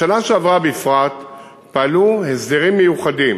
בשנה שעברה בפרט פעלו הסדרים מיוחדים